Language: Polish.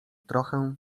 trochę